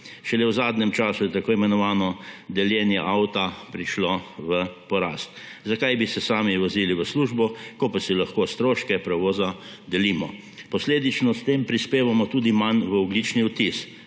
Šele v zadnjem času je tako imenovano deljenje avta prišlo v porast. Zakaj bi se sami vozili v službo, ko pa si lahko stroške prevoza delimo? Posledično s tem prispevamo tudi manj v ogljični odtis.